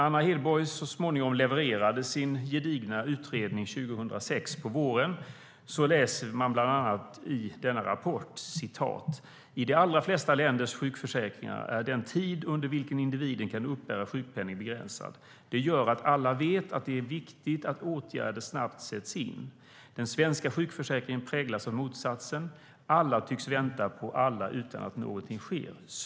Anna Hedborg levererade så småningom sin gedigna utredning 2006. I denna rapport kan man bland annat läsa: "I de allra flesta länders sjukförsäkringar är den tid under vilken individen kan uppbära sjukpenning begränsad. Det gör att alla vet att det är viktigt att åtgärder sätts in snabbt. Den svenska sjukförsäkringen präglas av motsatsen. Alla tycks vänta på alla utan att något sker.